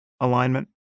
alignment